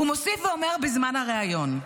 הוא מוסיף ואומר בזמן הריאיון: